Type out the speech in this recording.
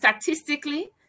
statistically